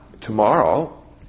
tomorrow